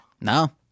No